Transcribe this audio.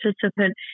participant